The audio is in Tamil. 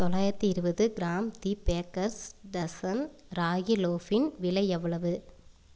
தொள்ளாயிரத்து இருபது gram the baker's dozen ragi லோஃபின் விலை எவ்வளவு